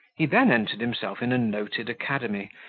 he then entered himself in a noted academy,